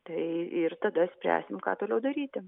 tai ir tada spręsim ką toliau daryti